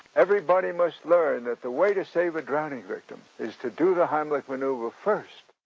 everybody must learn that the way to save a drowning victim is to do the heimlich manoeuvre first.